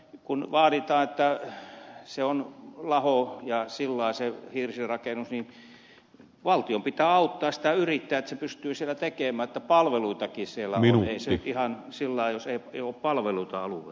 sitten kun sanotaan että se on laho ja sillä tavalla se hirsirakennus niin valtion pitää auttaa sitä yrittäjää että hän pystyy siellä järjestämään että palveluitakin siellä on ei se ihan sillä tavalla voi olla että ei ole palveluita alueella